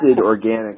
organic